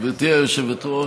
גברתי היושבת-ראש,